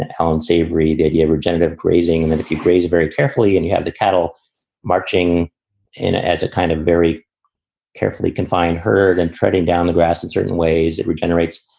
helen savery, did you ever genitive grazing and that if you raise it very carefully and you had the cattle marching in it as a kind of very carefully confined herd and treading down the grass in certain ways, it regenerates